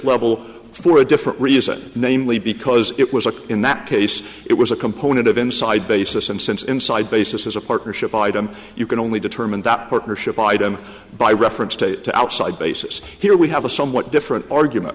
level for a different reason namely because it was a in that case it was a component of inside basis and since inside basis is a partnership item you can only determine that partnership item by reference to the outside basis here we have a somewhat different argument